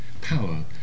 power